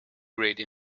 grade